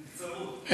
נבצרות.